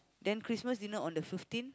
then Christmas dinner on the fifteen